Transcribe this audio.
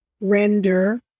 render